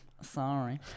sorry